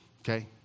Okay